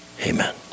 amen